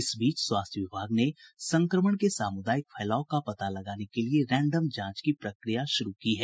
इस बीच स्वास्थ्य विभाग ने संक्रमण के सामुदायिक फैलाव का पता लगाने के लिये रैंडम जांच की प्रक्रिया शुरू की है